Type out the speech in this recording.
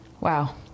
Wow